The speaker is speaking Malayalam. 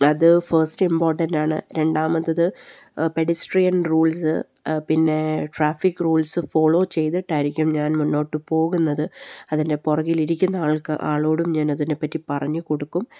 അത് ഫസ്റ്റ് ഇമ്പോർട്ടൻറ്റ് ആണ് രണ്ടാമത്തത് പെഡസ്ട്രിയൻ റൂൾസ് പിന്നെ ട്രാഫിക് റൂൾസ് ഫോളോ ചെയ്തിട്ടായിരിക്കും ഞാൻ മുന്നോട്ട് പോകുന്നത് അതിൻ്റെ പുറകിലിരിക്കുന്ന ആൾക്ക് ആളോടും ഞാൻ അതിനെപ്പറ്റി പറഞ്ഞ് കൊടുക്കും